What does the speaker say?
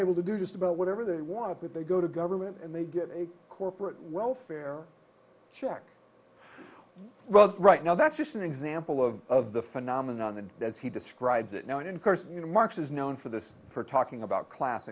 able to do just about whatever they want to with they go to government and they get a corporate welfare check well right now that's just an example of of the phenomenon that as he describes it now in course you know marx is known for this for talking about class